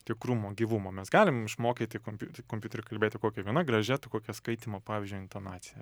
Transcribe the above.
tikrumo gyvumo mes galim išmokyti komp kompiuterį kalbėti kokia viena gražia t kokia skaitymo pavyzdžiui intonacija